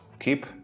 keep